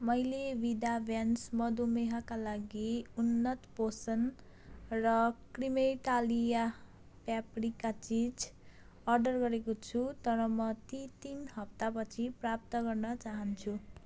मैले विदाभ्यान्स मधुमेहका लागि उन्नत पोषण र क्रिमेइटालिया प्यापरिका चिज अर्डर गरेको छु तर म ती तिन हप्तापछि प्राप्त गर्न चाहन्छु